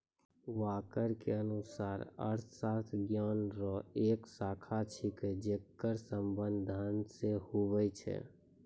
walker के अनुसार अर्थशास्त्र ज्ञान रो एक शाखा छिकै जेकर संबंध धन से हुवै छै